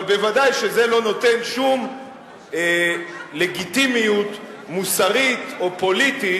אבל ודאי שזה לא נותן שום לגיטימיות מוסרית או פוליטית,